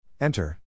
Enter